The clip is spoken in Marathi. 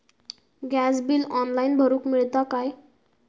गॅस बिल ऑनलाइन भरुक मिळता काय?